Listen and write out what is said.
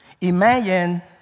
Imagine